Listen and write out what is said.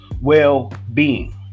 well-being